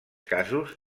casos